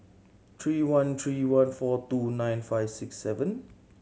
three one three one four two nine five six seven